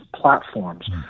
platforms